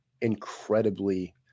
incredibly